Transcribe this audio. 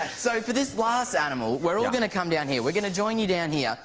so, for this last animal, we're all gonna come down here. we're gonna join you down here.